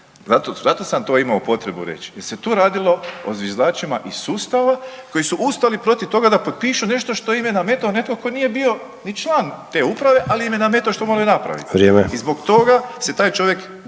zato sam to imao potrebu reći jer se tu radilo o zviždačima iz sustava koji su ustali protiv toga da potpišu nešto što im je nametao netko tko nije bio ni član te uprave, ali im je nametao što moraju napraviti i zbog toga se taj čovjek g.